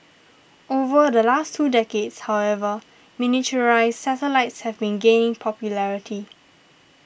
over the last two decades however miniaturised satellites have been gaining popularity